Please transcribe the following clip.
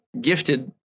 gifted